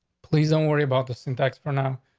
please don't worry about the syntax. for now,